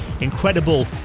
incredible